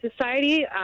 Society